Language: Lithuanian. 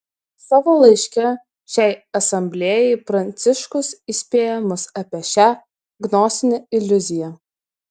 savo laiške šiai asamblėjai pranciškus įspėja mus apie šią gnostinę iliuziją